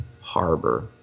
Harbor